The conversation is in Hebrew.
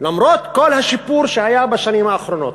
למרות כל השיפור שהיה בשנים האחרונות.